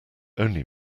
only